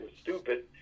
stupid